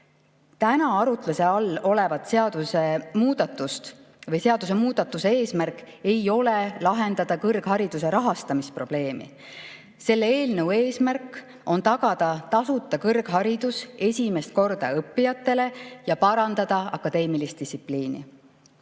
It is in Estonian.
Täna arutluse all oleva seadusemuudatuse eesmärk ei ole lahendada kõrghariduse rahastamise probleemi. Selle eelnõu eesmärk on tagada tasuta kõrgharidus esimest korda kõrgkoolis õppijatele ja parandada akadeemilist distsipliini.